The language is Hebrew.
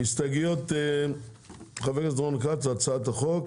הסתייגויות חבר רון כץ הצעת החוק,